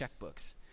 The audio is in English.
checkbooks